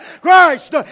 Christ